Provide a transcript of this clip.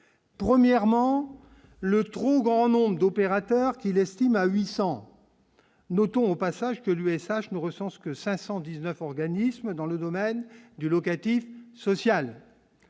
premièrement, le trop grand nombre d'opérateurs qu'il estime à 800, notons au passage que l'USH ne recense que 519 organismes dans le domaine du locatif social,